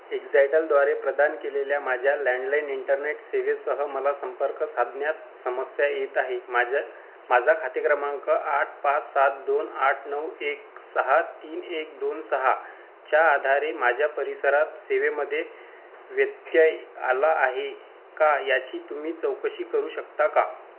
एक्झायटलद्वारे प्रदान केलेल्या माझ्या लँडलाईन इंटरनेट सेवेसह मला संपर्क साधण्यात समस्या येत आहे माझ्या माझा खाते क्रमांक आठ पाच सात दोन आठ नऊ एक सहा तीन एक दोन सहा च्या आधारे माझ्या परिसरात सेवेमध्ये व्यतय आला आहे का याची तुम्ही चौकशी करू शकता का